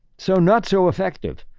so, not so effective.